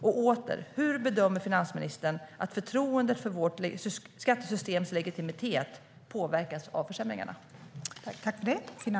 Och återigen: Hur bedömer finansministern att förtroendet för vårt skattesystems legitimitet påverkas av försämringarna?